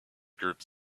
groups